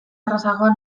errazagoa